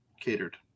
catered